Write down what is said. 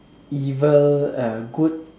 evil uh good